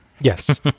Yes